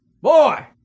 Boy